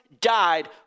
died